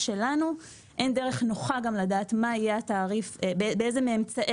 אין דרך נוחה גם לדעת באיזה אמצעי